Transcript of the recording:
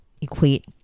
equate